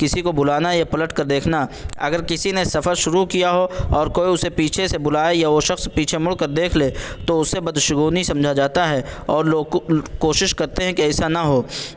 کسی کو بلانا یا پلٹ کر دیکھنا اگر کسی نے سفر شروع کیا ہو اور کوئی اسے پیچھے سے بلائے یا وہ شخص پیچھے مڑ کر دیکھ لے تو اسے بدشگونی سمجھا جاتا ہے اور لوگ کوشش کرتے ہیں کہ ایسا نہ ہو